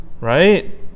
right